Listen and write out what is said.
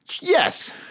Yes